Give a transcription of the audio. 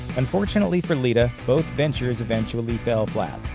unfortunately for lita, both ventures eventually fell flat.